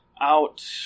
out